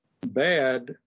bad